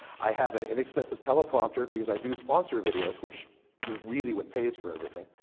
i have an inexpensive teleprompter, because i do sponsor video's, which is really what pays for everything.